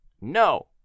No